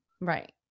right